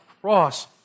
cross